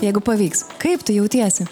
jeigu pavyks kaip tu jautiesi